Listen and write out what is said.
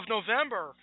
November